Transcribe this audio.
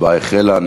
ההצבעה החלה.